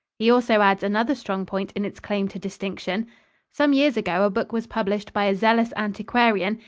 he also adds another strong point in its claim to distinction some years ago a book was published by a zealous antiquarian,